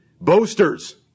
Boasters